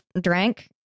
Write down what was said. drank